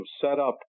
setup